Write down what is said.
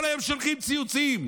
כל היום שולחים ציוצים.